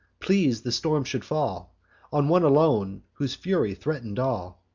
pleas'd the storm should fall on one alone, whose fury threaten'd all.